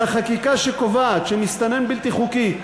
אלא חקיקה שקובעת שמסתנן בלתי חוקי,